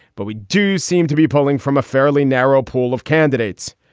but we do seem to be pulling from a fairly narrow pool of candidates.